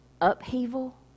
upheaval